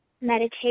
meditate